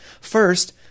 First